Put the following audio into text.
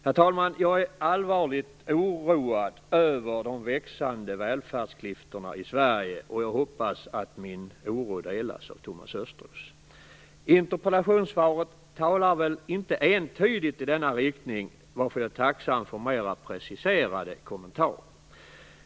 Herr talman! Jag är allvarligt oroad över de växande välfärdsklyftorna i Sverige och jag hoppas att min oro delas av Thomas Östros. Interpellationssvaret talar inte entydigt i denna riktning, varför jag är tacksam för mer preciserade kommentarer.